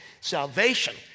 salvation